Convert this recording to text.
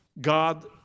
God